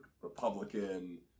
Republican